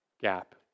gap